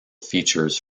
features